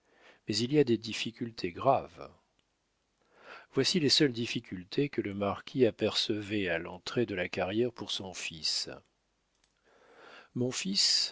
mais il y a des difficultés graves voici les seules difficultés que le marquis apercevait à l'entrée de la carrière pour son fils mon fils